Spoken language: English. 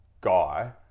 Guy